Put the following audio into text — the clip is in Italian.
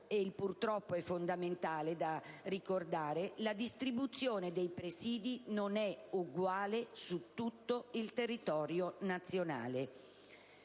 purtroppo, però, è fondamentale ricordare che la distribuzione dei presidi non è uguale su tutto il territorio nazionale.